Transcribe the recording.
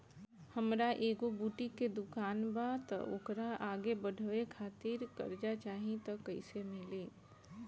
हमार एगो बुटीक के दुकानबा त ओकरा आगे बढ़वे खातिर कर्जा चाहि त कइसे मिली?